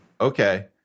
Okay